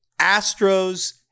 Astros